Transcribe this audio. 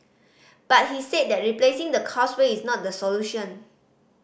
but he said that replacing the Causeway is not the solution